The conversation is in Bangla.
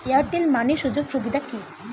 এয়ারটেল মানি সুযোগ সুবিধা কি আছে?